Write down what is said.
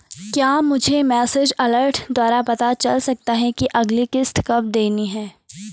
क्या मुझे message alert द्वारा पता चल सकता कि अगली किश्त कब देनी है?